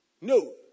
No